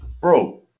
bro